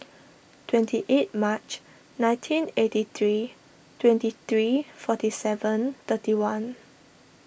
twenty eight Mar nineteen eighty three twenty three forty seven thirty one